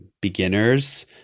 beginners